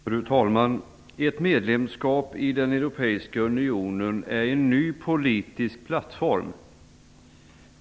Fru talman! Ett medlemsskap i den europeiska unionen är en ny politisk plattfrom.